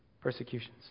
Persecutions